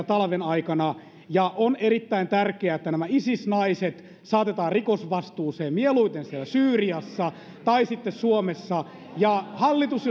talven aikana ja on erittäin tärkeää että nämä isis naiset saatetaan rikosvastuuseen mieluiten siellä syyriassa tai sitten suomessa hallitus